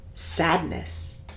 sadness